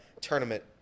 tournament